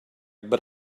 but